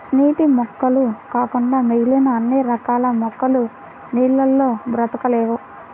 నీటి మొక్కలు కాకుండా మిగిలిన అన్ని రకాల మొక్కలు నీళ్ళల్లో బ్రతకలేవు